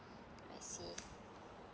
I see